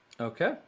okay